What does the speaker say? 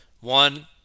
One